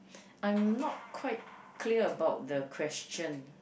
I'm not quite clear about the question